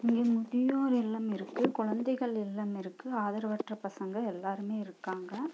இங்கே முதியோர் இல்லம் இருக்கு குழந்தைகள் இல்லம் இருக்கு ஆதரவற்ற பசங்கள் எல்லோருமே இருக்காங்க